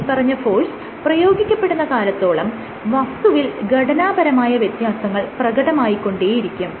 മേല്പറഞ്ഞ ഫോഴ്സ് പ്രയോഗിക്കപ്പെടുന്ന കാലത്തോളം വസ്തുവിൽ ഘടനാപരമായ വ്യത്യാസങ്ങൾ പ്രകടമായിക്കൊണ്ടേയിരിക്കും